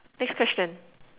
next question